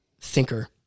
thinker